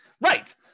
Right